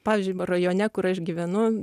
pavyzdžiui rajone kur aš gyvenu